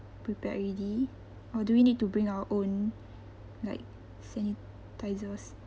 prepared already or do we need to bring our own like sanitizers